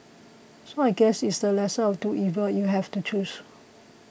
so I guess it's the lesser of two evils if you have to choose